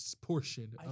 portion